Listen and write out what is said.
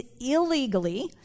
illegally